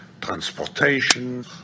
transportation